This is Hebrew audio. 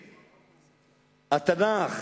התנ"ך,